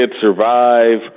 survive